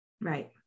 Right